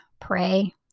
Pray